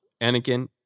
Anakin